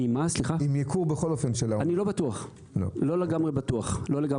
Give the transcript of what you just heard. אני לא לגמרי בטוח.